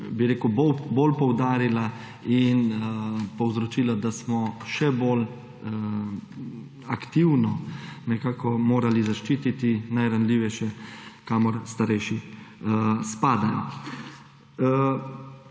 še bolj poudarila in povzročila, da smo še bolj aktivno morali zaščititi najranljivejše, kamor starejši spadajo.